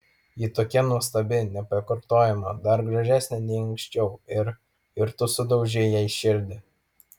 ji tokia nuostabi nepakartojama dar gražesnė nei anksčiau ir ir tu sudaužei jai širdį